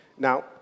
Now